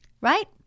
Right